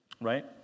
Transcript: Right